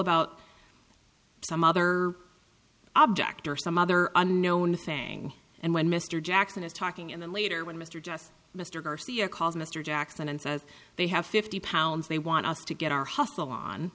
about some other object or some other unknown thing and when mr jackson is talking and then later when mr just mr garcia calls mr jackson and says they have fifty pounds they want us to get our hustle on